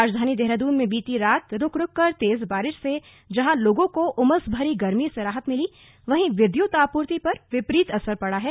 राजधानी देहरादून में बीती रात रुक रुककर तेजु बारिश से जहां लोगों को उमस भरी गर्मी से राहत मिली वहीं विद्युत आपूर्ति पर विपरीत असर पड़ा है